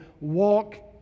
walk